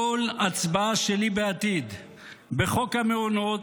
כל הצבעה שלי בעתיד בחוק המעונות,